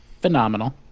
Phenomenal